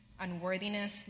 unworthiness